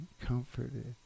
comforted